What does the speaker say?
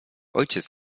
ojciec